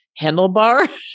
handlebar